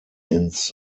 ins